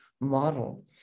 model